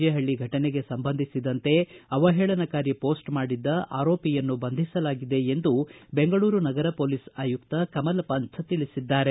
J ಪಳ್ಳ ಘಟನೆಗೆ ಸಂಬಂಧಿಸಿದಂತೆ ಅವಹೇಳನಕಾರಿ ಪೋಸ್ಟ್ ಮಾಡಿದ್ದ ಆರೋಪಿಯನ್ನು ಬಂಧಿಸಲಾಗಿದೆ ಎಂದು ಬೆಂಗಳೂರು ನಗರ ಪೊಲೀಸ್ ಆಯುಕ್ತ ಕಮಲ್ ಪಂತ್ ತಿಳಿಸಿದ್ದಾರೆ